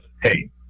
Hey